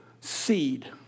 seed